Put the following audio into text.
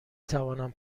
توانم